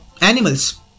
animals